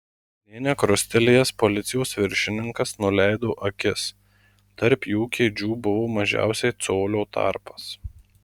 nė nekrustelėjęs policijos viršininkas nuleido akis tarp jų kėdžių buvo mažiausiai colio tarpas